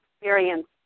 experience